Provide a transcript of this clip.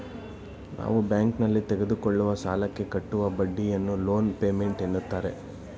ನಾವು ಬ್ಯಾಂಕ್ನಲ್ಲಿ ತೆಗೆದುಕೊಳ್ಳುವ ಸಾಲಕ್ಕೆ ಕಟ್ಟುವ ಬಡ್ಡಿಯನ್ನು ಲೋನ್ ಪೇಮೆಂಟ್ ಅಂತಾರೆ